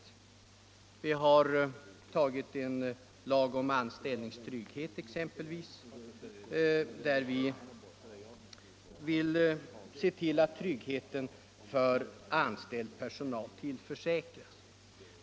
Vi har exempelvis antagit en lag om anställningstrygghet, där vi vill se till att anställd personal tillförsäkras trygghet.